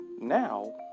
now